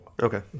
Okay